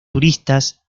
turistas